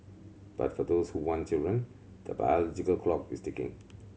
but for those who want children the biological clock is ticking